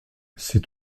c’est